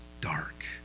dark